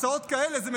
הצעות כאלה זה מצוין,